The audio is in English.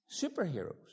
Superheroes